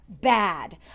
bad